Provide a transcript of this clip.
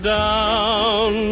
down